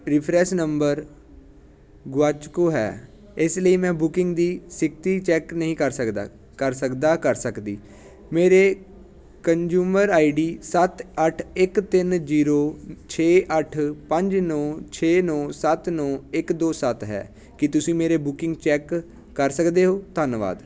reference number ਗੁਆ ਚੁੱਕਾ ਹੈ ਇਸ ਲਈ ਮੈਂ ਬੁਕਿੰਗ ਦੀ ਸਥਿਤੀ ਚੈਕ ਨਹੀ ਕਰ ਸਕਦਾ ਕਰ ਸਕਦਾ ਕਰ ਸਕਦੀ ਮੇਰੇ ਕੰਜੂਮਰ ਆਈ ਡੀ ਸੱਤ ਅੱਠ ਇੱਕ ਤਿੰਨ ਜੀਰੋ ਛੇ ਅੱਠ ਪੰਜ ਨੌਂ ਛੇ ਨੌਂ ਸੱਤ ਨੌਂ ਇੱਕ ਦੋ ਸੱਤ ਹੈ ਕੀ ਤੁਸੀਂ ਮੇਰੇ ਬੁਕਿੰਗ ਚੈੱਕ ਕਰ ਸਕਦੇ ਹੋ ਧੰਨਵਾਦ